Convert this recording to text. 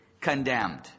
condemned